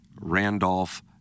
Randolph